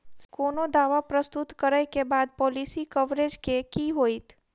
कोनो दावा प्रस्तुत करै केँ बाद पॉलिसी कवरेज केँ की होइत?